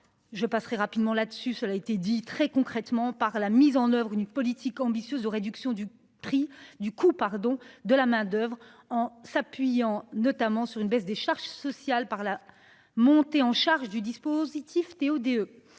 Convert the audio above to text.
je passerais rapidement là-dessus cela été dit très concrètement par la mise en oeuvre une politique ambitieuse de réduction du prix du coup pardon de la main d'oeuvre en s'appuyant notamment sur une baisse des charges sociales par la montée en charge du dispositif TODE.